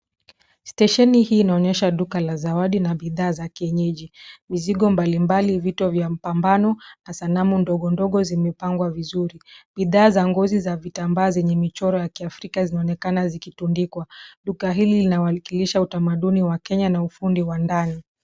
Stesheni hii inaonyesha duka la zawadi na bidhaa za kienyezi. Mizigo mbalimbali, vito vya mpambano na sanamu ndogondogo zimepangwa vizuri. Bidhaa za ngozi za kitambaa zenye michoro ya kiafrika zinaonekana zikitundikwa. Duka hili linawakilisha utamaduni wa kenya na ufundi wa ndani.